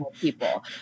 people